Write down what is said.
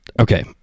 okay